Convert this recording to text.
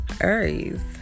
Aries